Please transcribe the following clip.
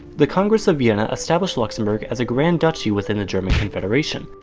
the congress of vienna established luxembourg as a grand duchy within the german confederation.